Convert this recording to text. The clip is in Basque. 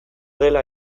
dela